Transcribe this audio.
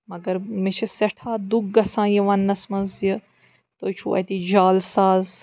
مگر مےٚ چھِ سٮ۪ٹھاہ دُکھ گژھان یہِ وَنٕنَس منٛز زِ تُہۍ چھُو اَتہِ جال ساز